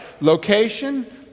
Location